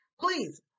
please